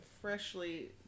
freshly